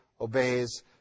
obeys